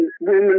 women